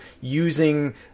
using